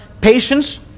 patience